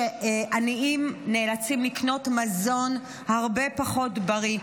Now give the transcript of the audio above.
עניים נאלצים לקנות מזון הרבה פחות בריא.